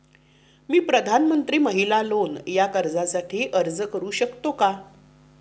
मी प्रधानमंत्री महिला लोन या कर्जासाठी अर्ज करू शकतो का?